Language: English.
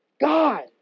God